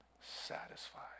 satisfied